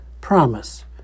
promise